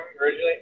originally